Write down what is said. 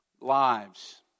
lives